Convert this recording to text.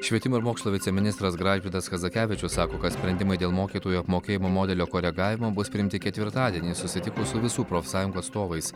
švietimo ir mokslo viceministras gražvydas kazakevičius sako kad sprendimai dėl mokytojų apmokėjimo modelio koregavimo bus priimti ketvirtadienį susitikus su visų profsąjungų atstovais